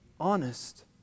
honest